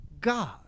God